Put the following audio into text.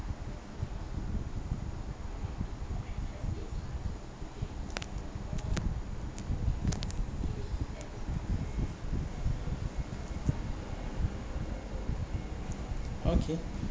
okay